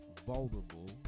vulnerable